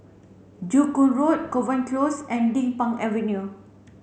Joo Hong Road Kovan Close and Din Pang Avenue